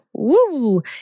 Woo